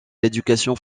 l’éducation